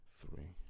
three